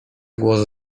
głos